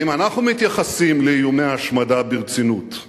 האם אנחנו מתייחסים לאיומי ההשמדה ברצינות,